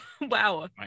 wow